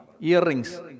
Earrings